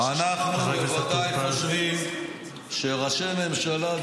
אנחנו בוודאי חושבים שראשי ממשלה,